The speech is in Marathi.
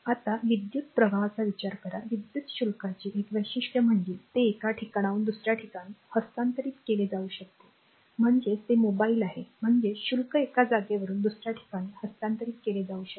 आता विद्युतप्रवाहाचा विचार करा विद्युत शुल्काचे एक वैशिष्ट्य म्हणजे ते एका ठिकाणाहून दुसर्या ठिकाणी हस्तांतरित केले जाऊ शकतेम्हणजेच ते मोबाईल आहे म्हणजेच शुल्क एका जागेवरून दुसर्या ठिकाणी हस्तांतरित केले जाऊ शकते